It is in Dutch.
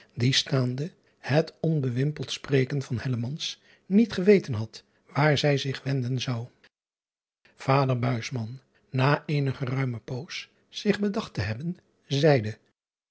die staande het onbewimpeld spreken van niet geweten had waar zij zich wenden zou ader na eene geruime poos zich bedacht te hebben zeide